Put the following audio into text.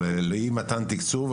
או לאי מתן תקצוב,